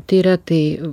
tiria tai